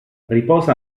riposa